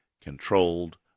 controlled